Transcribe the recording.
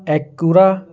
Acura